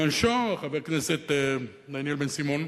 למנשו, חבר הכנסת דניאל בן-סימון,